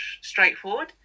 straightforward